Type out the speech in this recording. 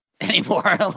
anymore